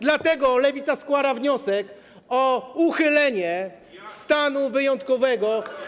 Dlatego Lewica składa wniosek o uchylenie stanu wyjątkowego.